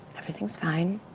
everything's fine.